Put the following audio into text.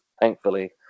thankfully